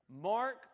Mark